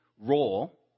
role